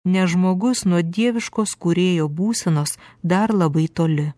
nes žmogus nuo dieviškos kūrėjo būsenos dar labai toli